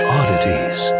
oddities